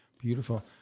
Beautiful